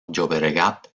llobregat